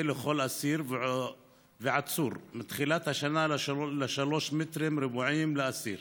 לכל אסיר ועצור מתחילת השנה ל-3 מטרים רבועים לאסיר,